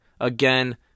again